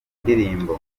indirimbo